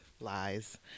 Lies